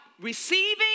receiving